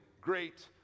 great